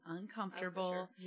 uncomfortable